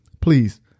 Please